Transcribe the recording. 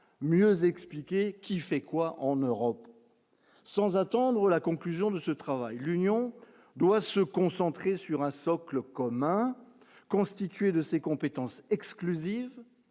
mieux expliquer qui fait quoi en Europe, sans attendre la conclusion de ce travail, l'Union doit se concentrer sur un socle commun constitué de ses compétence exclusive